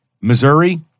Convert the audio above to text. Missouri